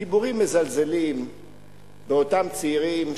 דיבורים מזלזלים באותם צעירים.